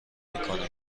میکنم